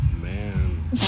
Man